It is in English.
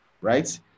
right